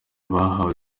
bahawe